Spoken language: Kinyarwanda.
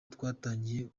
twatangiye